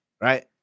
right